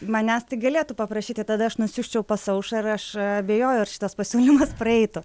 manęs tai galėtų paprašyti tada aš nusiųsčiau pas aušrą ir aš abejoju ar šitas pasiūlymas praeitų